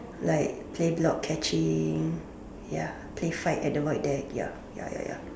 like play block catching ya play fight at the void deck ya ya ya ya